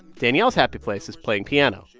danielle's happy place is playing piano.